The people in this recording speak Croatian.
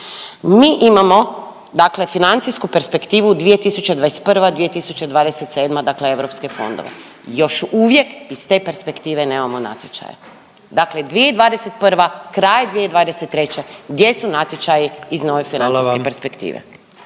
Mi imamo dakle financijsku perspektivu 2021./2027. dakle europske fondove. Još uvijek iz te perspektive nemamo natječaje. Dakle, 2021. kraj 2023. gdje su natječaji iz nove financijske perspektive?